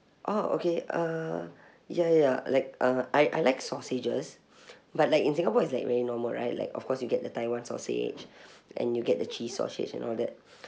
orh okay uh ya ya ya like uh I I like sausages but like in singapore it's like very normal right like of course you get the taiwan sausage and you get the cheese sausage and all that